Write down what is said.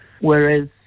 Whereas